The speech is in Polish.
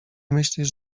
myślisz